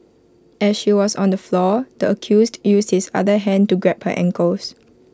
as she was on the floor the accused used his other hand to grab her ankles